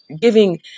Giving